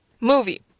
movie